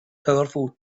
powerful